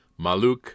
Maluk